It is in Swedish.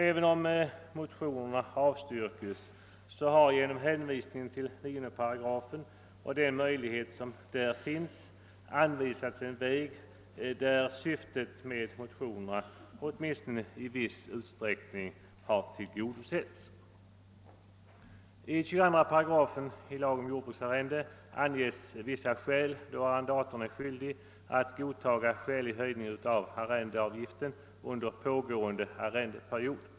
även om motionen avstyrks har genom hänvisning till 9 kap. 9 8 anvisats en väg där syftet med motionen åtminstone i viss utsträckning har tillgodosetts. I 9 kap. 22 8, alltså avsnittet om jordbruksarrende, anges vissa fall, då arrendatorn är skyldig att godtaga skälig höjning av arrendeavgiften under pågående arrendeperiod.